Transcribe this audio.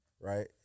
right